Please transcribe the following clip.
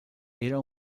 era